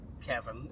Kevin